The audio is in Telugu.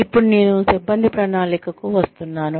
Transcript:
ఇప్పుడు నేను సిబ్బంది ప్రణాళికకు వస్తున్నాను